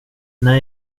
när